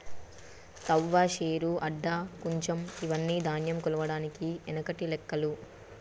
తవ్వ, శేరు, అడ్డ, కుంచం ఇవ్వని ధాన్యం కొలవడానికి ఎనకటి లెక్కలు